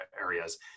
areas